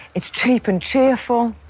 it's cheap and cheerful.